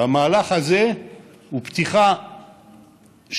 והמהלך הזה הוא פתיחה לטובת